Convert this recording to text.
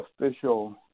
official